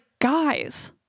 guys